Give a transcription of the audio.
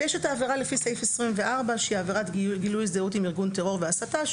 ויש את העבירה לפי סעיף 24 שהיא עבירת גילוי זהות עם ארגון טרור והסתה,